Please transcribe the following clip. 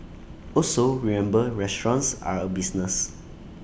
also remember restaurants are A business